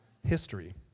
history